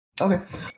Okay